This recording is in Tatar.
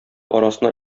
арасына